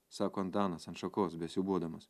sako antanas ant šakos besiūbuodamas